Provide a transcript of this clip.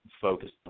focused